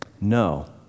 No